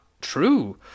true